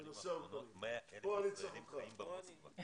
הנושא על סדר היום הוא פעילות האולפנים לעולים חדשים.